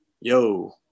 yo